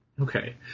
okay